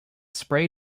spray